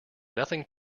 nothing